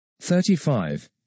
35